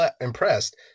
impressed